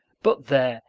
but there!